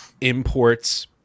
imports